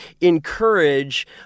encourage